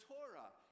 Torah